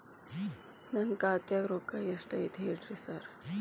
ನನ್ ಖಾತ್ಯಾಗ ರೊಕ್ಕಾ ಎಷ್ಟ್ ಐತಿ ಹೇಳ್ರಿ ಸಾರ್?